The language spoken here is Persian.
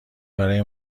برای